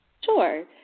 Sure